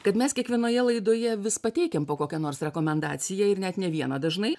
kad mes kiekvienoje laidoje vis pateikiam po kokią nors rekomendaciją ir net ne vieną dažnai